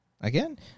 Again